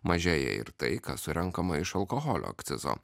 mažėja ir tai kas surenkama iš alkoholio akcizo